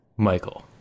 Michael